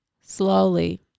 Slowly